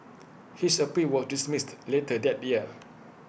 his appeal was dismissed later that year